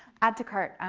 add to cart.